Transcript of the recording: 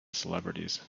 celebrities